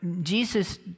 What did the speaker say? Jesus